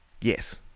Yes